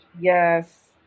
Yes